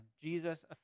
Jesus